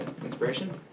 inspiration